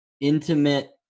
intimate